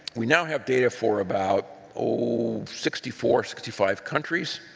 we now have data for about, oh, sixty four, sixty five countries.